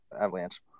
Avalanche